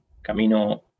camino